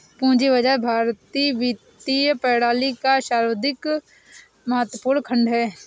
पूंजी बाजार भारतीय वित्तीय प्रणाली का सर्वाधिक महत्वपूर्ण खण्ड है